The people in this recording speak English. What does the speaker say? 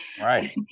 Right